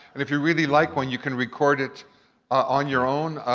if you really like one, you can record it on your own.